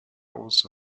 also